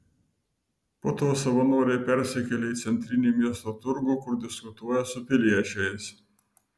po to savanoriai persikelia į centrinį miesto turgų kur diskutuoja su piliečiais